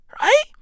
Right